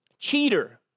cheater